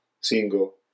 single